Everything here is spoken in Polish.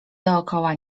dookoła